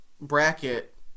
bracket